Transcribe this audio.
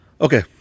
Okay